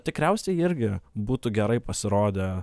tikriausiai irgi būtų gerai pasirodę